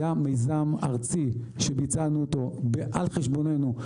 היה מיזם ארצי שביצענו אותו על חשבוננו,